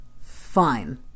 fine